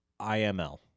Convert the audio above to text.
iml